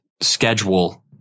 schedule